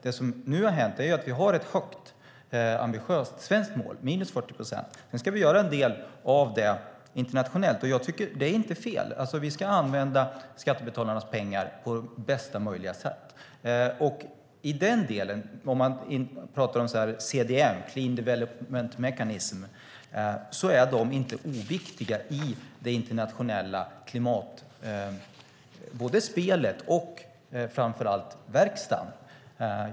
Det som nu har hänt är att vi har ett högt och ambitiöst svenskt mål, minus 40 procent. En del av det ska vi göra internationellt. Det är inte fel. Vi ska använda skattebetalarnas pengar på bästa möjliga sätt. CDM, Clean Development Mechanism, är inte oviktigt internationellt i klimatspelet och framför allt inte i klimatverkstaden.